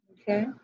Okay